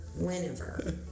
whenever